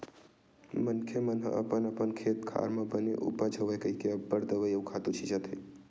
मनखे मन ह अपन अपन खेत खार म बने उपज होवय कहिके अब्बड़ दवई अउ खातू छितत हे